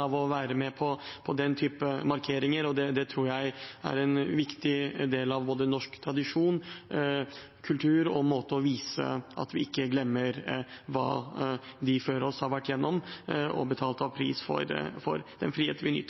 av å være med på den typen markeringer. Jeg tror det er en viktig del både av norsk tradisjon og kultur og er en måte å vise at vi ikke glemmer hva de før oss har vært gjennom, og hvilken pris de har betalt for den friheten vi